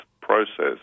process